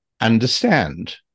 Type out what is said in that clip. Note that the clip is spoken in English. understand